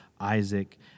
Isaac